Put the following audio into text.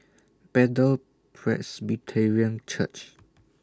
Bethel Presbyterian Church